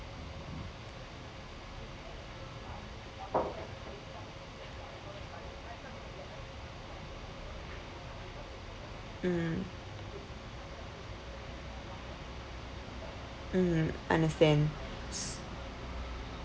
mm mm understand